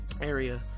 area